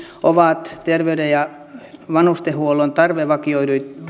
ovat terveyden ja vanhustenhuollon tarvevakioituja